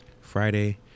Friday